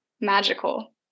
magical